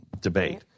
debate